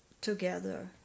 together